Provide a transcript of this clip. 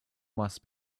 must